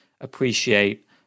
appreciate